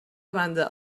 banda